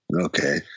Okay